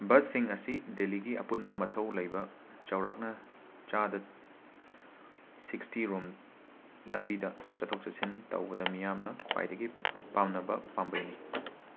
ꯕꯁꯁꯤꯡ ꯑꯁꯤ ꯗꯦꯂꯤꯒꯤ ꯑꯄꯨꯟꯕ ꯃꯊꯧ ꯂꯩꯕ ꯆꯥꯎꯔꯥꯛꯅ ꯆꯥꯗ ꯁꯤꯛꯁꯇꯤꯔꯣꯝ ꯂꯝꯕꯤꯗ ꯆꯊꯣꯛ ꯆꯠꯁꯤꯟ ꯇꯧꯕꯗ ꯃꯤꯌꯥꯝꯅ ꯈ꯭ꯋꯥꯏꯗꯒꯤ ꯄꯥꯝꯅꯕ ꯄꯥꯝꯕꯩꯅꯤ